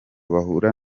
bahura